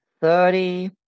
thirty